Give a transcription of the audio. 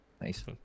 nice